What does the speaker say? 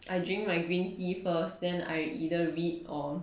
I drink my green tea first then I either read or